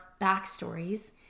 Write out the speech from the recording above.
backstories